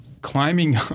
climbing